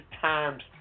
Times